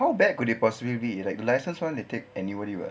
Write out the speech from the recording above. how bad could it possibly be like the licensed [one] they take anybody [what]